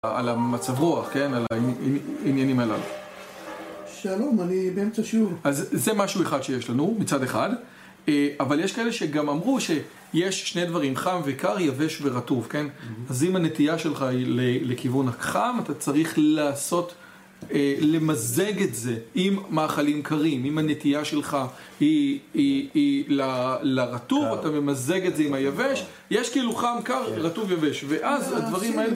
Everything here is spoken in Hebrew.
על המצב רוח, כן? על העניינים הללו. שלום, אני באמצע שיעור. אז זה משהו אחד שיש לנו, מצד אחד, אבל יש כאלה שגם אמרו שיש שני דברים, חם וקר, יבש ורטוב, כן? אז אם הנטייה שלך היא לכיוון החם, אתה צריך לעשות, למזג את זה עם מאכלים קרים, אם הנטייה שלך היא לרטוב, אתה ממזג את זה עם היבש, יש כאילו חם, קר, רטוב, יבש ואז הדברים האלה...